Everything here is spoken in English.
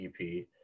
EP